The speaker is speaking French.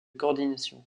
coordination